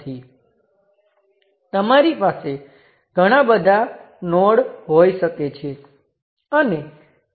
અને ચાલો કહીએ કે મારી પાસે કરંટસ્ત્રોત I છે જેની સાથે ચોક્કસ V છે તો હું શું કહું છું કે આને રેઝિસ્ટર દ્વારા બદલી શકાય છે